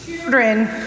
Children